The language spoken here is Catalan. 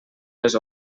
les